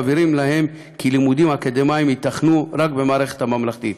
מבהירים להם כי לימודים אקדמיים ייתכנו רק במערכת הממלכתית.